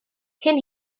cyn